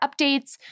updates